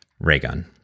raygun